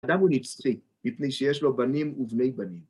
אדם הוא נצחי, מפני שיש לו בנים ובני בנים.